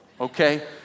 Okay